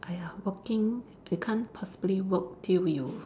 !aiya! working we can't possibly work till we